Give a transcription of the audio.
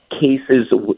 cases